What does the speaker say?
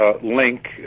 link